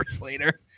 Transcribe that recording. later